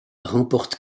remporte